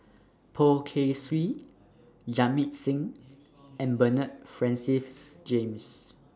Poh Kay Swee Jamit Singh and Bernard Francis James